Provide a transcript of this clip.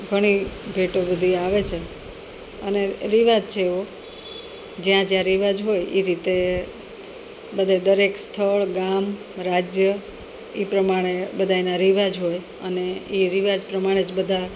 ઘણી ભેટો બધી આવે છે અને રિવાજ છે એવો જ્યાં જ્યાં રિવાજ હોય એ રીતે બધે દરેક સ્થળ ગામ રાજ્ય એ પ્રમાણે બધાયના રિવાજ હોય અને એ રિવાજ પ્રમાણે જ બધા